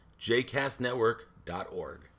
jcastnetwork.org